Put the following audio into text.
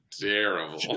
terrible